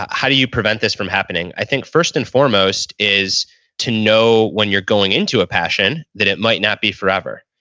how do you prevent this from happening? i think first and foremost is to know when you're going into a passion that it might not be forever.